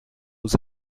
aux